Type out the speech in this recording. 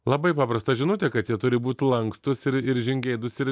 labai paprasta žinutė kad jie turi būt lankstūs ir ir žingeidūs ir